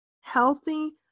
healthy